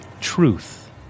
truth